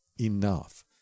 enough